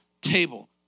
table